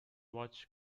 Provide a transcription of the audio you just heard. watch